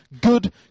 good